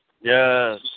Yes